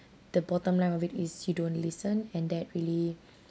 the bottom line of it is you don't listen and that really